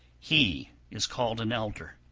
he is called an elder.